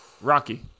Rocky